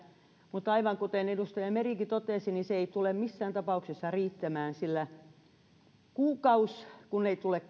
mutta aivan kuten edustaja merikin totesi niin se ei tule missään tapauksessa riittämään sillä kun kuukauteen ei tule